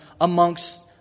amongst